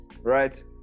right